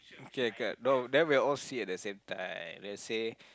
K K no then we will all see at the same time let's say